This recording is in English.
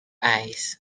eyes